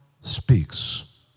speaks